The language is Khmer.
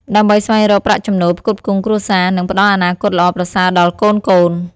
ដើម្បីស្វែងរកប្រាក់ចំណូលផ្គត់ផ្គង់គ្រួសារ និងផ្ដល់អនាគតល្អប្រសើរដល់កូនៗ។